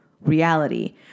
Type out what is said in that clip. reality